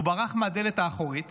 הוא ברח מהדלת האחורית